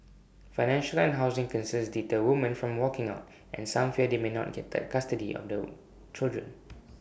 financial and housing concerns deter woman from walking out and some fear they may not get custody on the children